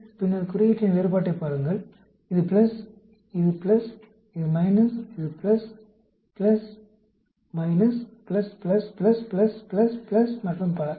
மீண்டும் பின்னர் குறியீட்டின் வேறுபாட்டைப் பாருங்கள் இது plus plus minus plus plus minus plus plus plus plus plus plus மற்றும் பல